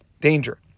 danger